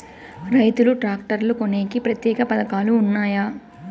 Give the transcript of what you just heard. రైతులు ట్రాక్టర్లు కొనేకి ప్రత్యేక పథకాలు ఉన్నాయా?